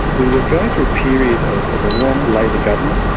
we were going through a period of of a long labor government,